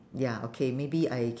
ya okay maybe I